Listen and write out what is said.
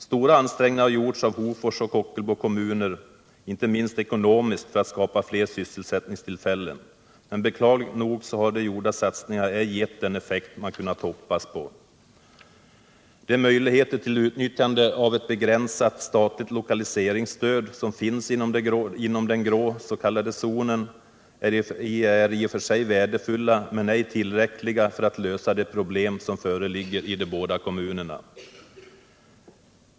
Stora ansträngningar har gjorts av Hofors och Ockelbo kommuner, inte minst ekonomiskt, för att skapa fler sysselsättningstillfällen, men beklagligt nog har de gjorda satsningarna ej gett den effekt man har kunnat hoppas på. De möjligheter till utnyttjande av ett begränsat statligt lokaliseringsstöd som finns inom den s.k. grå zonen är i och för sig värdefulla, men ej tillräckliga för att lösa de problem som föreligger i de båda kommunerna.